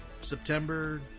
September